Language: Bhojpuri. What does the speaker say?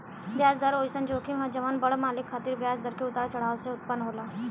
ब्याज दर ओइसन जोखिम ह जवन बड़ मालिक खातिर ब्याज दर के उतार चढ़ाव से उत्पन्न होला